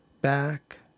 back